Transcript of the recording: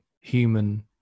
human